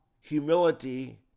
humility